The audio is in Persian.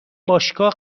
باشگاه